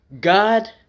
God